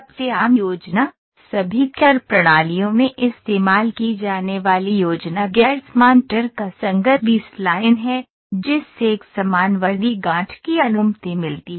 सबसे आम योजना सभी कैड़ प्रणालियों में इस्तेमाल की जाने वाली योजना गैर समान तर्कसंगत बी स्लाइन है जिससे एक समान वर्दी गाँठ की अनुमति मिलती है